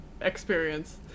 experience